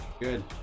good